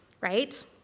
right